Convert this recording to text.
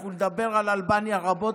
אנחנו נדבר על אלבניה רבות,